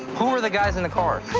who are the guys in the car?